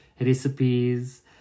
recipes